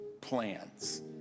plans